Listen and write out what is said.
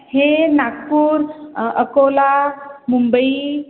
हे नागपूर अकोला मुंबई